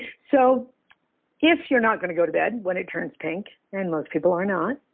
so if you're not going to go to bed when it turns pink, and most people are not,